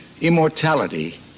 immortality